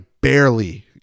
barely